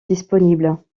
disponibles